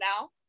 now